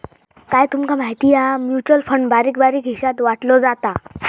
काय तूमका माहिती हा? म्युचल फंड बारीक बारीक हिशात वाटलो जाता